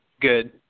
good